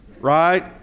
Right